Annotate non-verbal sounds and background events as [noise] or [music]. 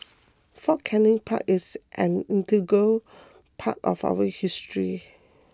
Fort Canning Park is an integral [noise] part of our history